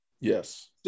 Yes